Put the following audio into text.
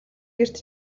гэрт